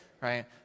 right